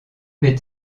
mes